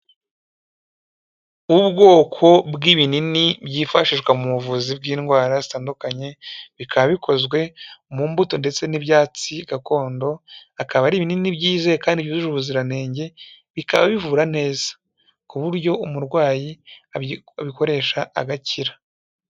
Ubwoko bw'ibinini byifashishwa mu buvuzi bw'indwara zitandukanye, bikaba bikozwe mu mbuto ndetse n'ibyatsi gakondo, akaba ari binini byize kandi byujuje ubuziranenge, bikaba bivura neza ku buryo umurwayi abikoresha agakira.